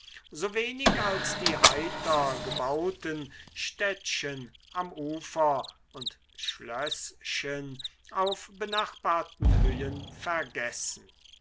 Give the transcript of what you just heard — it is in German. so wenig als die heiter gebauten städtchen am ufer und schlößchen auf benachbarten höhen vergessen